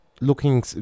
looking